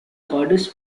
goddess